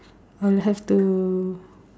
I'll have to